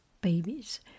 babies